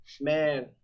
man